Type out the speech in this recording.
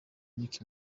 nick